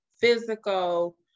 physical